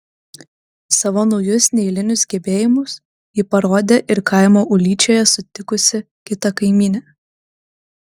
savo naujus neeilinius gebėjimus ji parodė ir kaimo ūlyčioje sutikusi kitą kaimynę